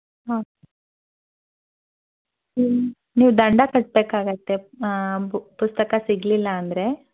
ಹಾಂ ನೀವು ದಂಡ ಕಟ್ಬೇಕಾಗುತ್ತೆ ಬು ಪುಸ್ತಕ ಸಿಗಲಿಲ್ಲ ಅಂದರೆ